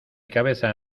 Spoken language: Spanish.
cabeza